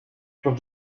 from